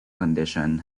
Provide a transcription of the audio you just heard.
condition